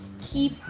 keep